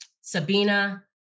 Sabina